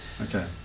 Okay